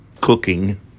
cooking